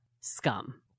Scum